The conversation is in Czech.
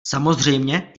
samozřejmě